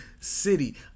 city